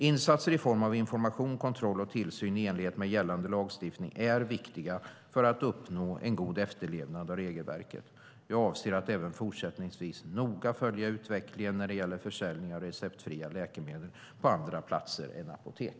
Insatser i form av information, kontroll och tillsyn i enlighet med gällande lagstiftning är viktiga för att uppnå en god efterlevnad av regelverket. Jag avser att även fortsättningsvis noga följa utvecklingen när det gäller försäljning av receptfria läkemedel på andra platser än apotek.